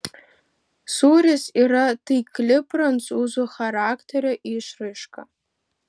sūris yra taikli prancūzų charakterio išraiška